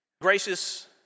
Gracious